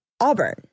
Auburn